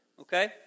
Okay